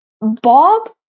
Bob